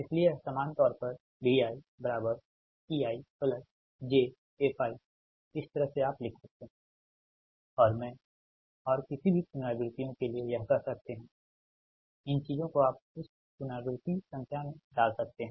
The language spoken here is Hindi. इसलिए यह सामान्य तौर पर Vieijfi इस तरह से आप लिख सकते हैं और मैं और किसी भी पुनरावृत्तियों के लिए यह कह सकते हैं इन चीजों को आप उस पुनरावृत्ति संख्या में डाल सकते हैं